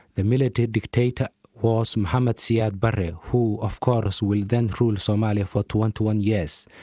the military dictator was mohamed siad barre who of course will then rule somalia for twenty one years.